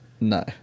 No